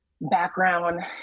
background